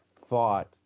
thought